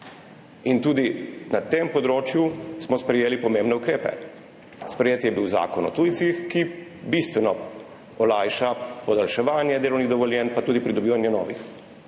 Tudi na tem področju smo sprejeli pomembne ukrepe. Sprejet je bil Zakon o tujcih, ki bistveno olajša podaljševanje delovnih dovoljenj pa pridobivanje novih.